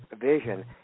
vision